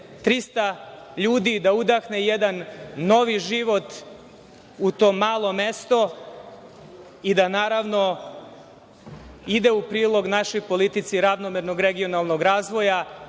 300 ljudi, da udahne jedan novi život u to malo mesto i da ide u prilog našoj politici ravnomernog regionalnog razvoja